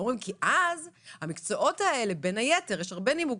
יש הרבה נימוקים,